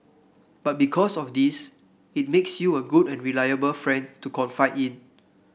but because of this it makes you a good and reliable friend to confide in